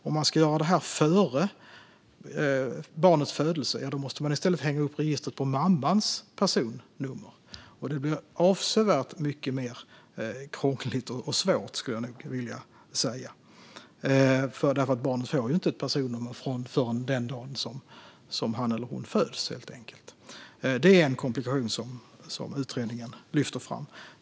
Om man ska göra det före barnets födelse måste man i stället hänga upp registret på mammans personnummer, och det blir avsevärt mycket krångligare och svårare, skulle jag nog vilja säga. Barnet får ju helt enkelt inget personnummer förrän den dag han eller hon föds. Det är en komplikation som utredningen lyfter fram.